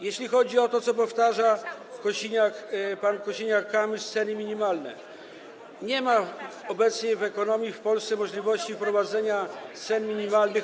Jeśli chodzi o to, co powtarza pan Kosiniak-Kamysz, ceny minimalne - nie ma obecnie w ekonomii w Polsce możliwości wprowadzenia cen minimalnych.